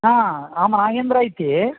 हा अहम् अयेन्द्रः इति